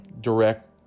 direct